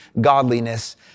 godliness